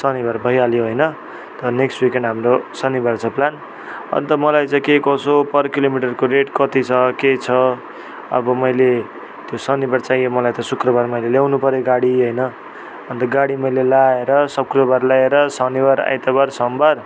शनिवार भइहाल्यो होइन तर नेक्स्ट विकेन्ड हाम्रो शनिवार छ प्लान अन्त मलाई चाहिँ के कसो पर किलोमिटरको रेट कति छ के छ अब मैले त्यो शनिवार चाहियो मलाई त शुक्रवार ल्याउनुपऱ्यो गाडी होइन अन्त गाडी मैले ल्याएर शुक्रबार ल्याएर शनिबार आइतबार सोमबार